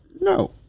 No